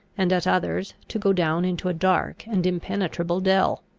and at others to go down into a dark and impenetrable dell.